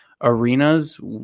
arenas